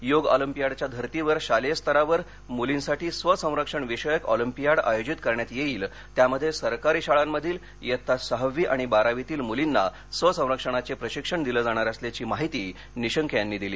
योग ऑलिंपियाडच्या धर्तीवर शालेय स्तरावर मुलींसाठी स्व संरक्षणविषयक ऑलिंपियाड आयोजित करण्यात येईल त्यामध्ये सरकारी शाळांमधील इयत्ता सहावी आणि बारावीतील मुलींना स्वसंरक्षणाचे प्रशिक्षण दिले जाणार असल्याची माहिती निशंक यांनी दिली